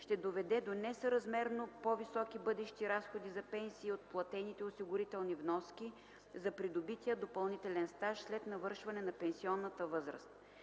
ще доведе до несъразмерно по-високи бъдещи разходи за пенсии от платените осигурителни вноски за придобития допълнителен стаж след навършване на пенсионната възраст.